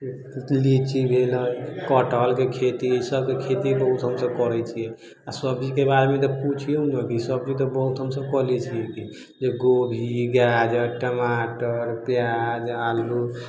लीची भेलै कटहलके खेती ई सबके खेती बहुत हमसब करैत छियै आ सब्जीके बारेमे तऽ पुछिऔ ने कि सब्जी तऽ बहुत हमसब कऽ लै छियै गोभी गाजर टमाटर प्याज आलू